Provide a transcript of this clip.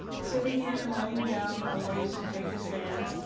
sitting in and laying down are ways to take a stand.